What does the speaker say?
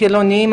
חילוניים,